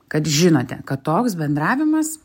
kad žinote kad toks bendravimas